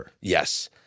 yes